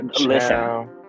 listen